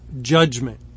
judgment